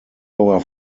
our